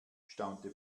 staunte